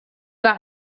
got